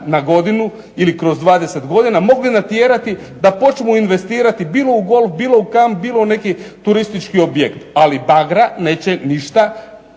na godinu ili kroz 20 godina mogli natjerati da počnu investirati bilo u golf, bilo u kamp, bilo u neki turistički objekt, ali tagra neće ništa